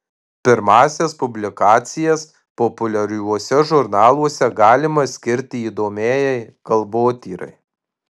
pirmąsias publikacijas populiariuose žurnaluose galima skirti įdomiajai kalbotyrai